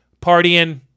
partying